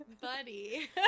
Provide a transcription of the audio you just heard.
buddy